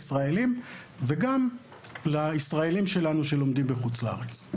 וגם לישראלים שלנו שלומדים בחוץ לארץ.